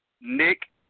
Nick